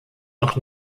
noch